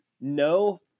no